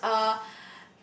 yes uh